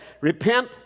Repent